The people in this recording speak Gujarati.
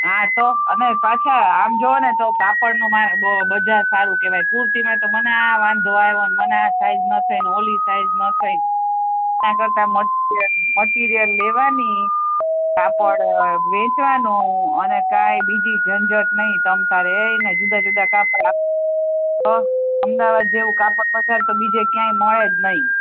હા તો અને પાછા આમ જુઓ ને તો કાપડનું માં બજાર સારું કહેવાય કુર્તીમાં તો મને આ વાંધો આવ્યો ને મને આ સાઈઝ ન થઈને ઓલી સાઈઝ ન થઇ એનાં કરતાં મટીરીયલ મટીરીયલ લેવાની કાપડ વેચવાનું અને કાંઈ બીજી ઝંઝટ નહીં તમ તારે એય ને જુદાં જુદાં કાપડ અમદાવાદ તો જેવું કાપડ બજાર તો બીજે ક્યાંય મળે જ નહીં